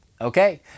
okay